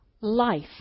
life